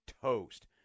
toast